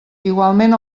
igualment